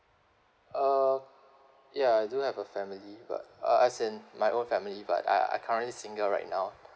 uh ya I do have a family but uh as in my own family but I I currently single right now